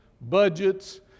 budgets